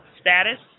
status